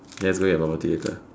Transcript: let's go get bubble tea later